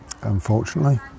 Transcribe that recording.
Unfortunately